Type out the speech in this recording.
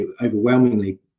overwhelmingly